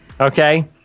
Okay